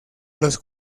los